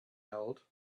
held